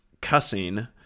cussing